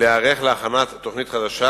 להיערך להכנת תוכנית חדשה,